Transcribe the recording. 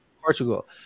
Portugal